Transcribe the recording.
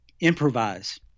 improvise